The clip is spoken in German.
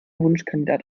wunschkandidat